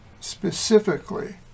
specifically